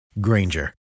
Granger